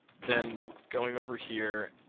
then going over here,